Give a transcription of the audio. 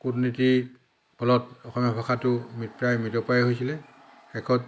কূটনীতিৰ ফলত অসমীয়া ভাষাটো প্ৰায় মৃতপ্ৰায় হৈছিলে শেষত